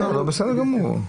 בסדר גמור.